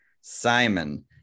Simon